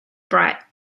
bright